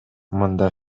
мында